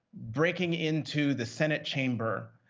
breaking into the senate chamber,